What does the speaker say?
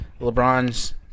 LeBron's